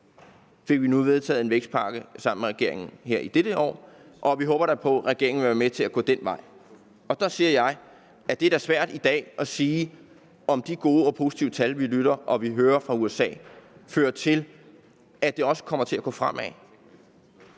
fik vi nu vedtaget en vækstpakke sammen med regeringen i dette år, og vi håber da på, at regeringen vil være med til at gå den vej. Og så siger jeg, at det da er svært i dag at sige, om de gode og positive tal, vi hører fra USA, fører til, at det også kommer til at gå fremad.